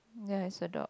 ya it's a dog